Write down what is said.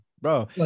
bro